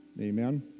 Amen